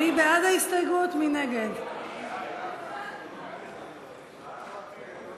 ההסתייגות (2) של